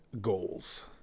goals